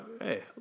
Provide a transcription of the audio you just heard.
hey